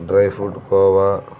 dry fruit khoa